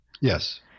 Yes